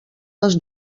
les